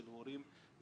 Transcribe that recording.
של הורים מהמערכת.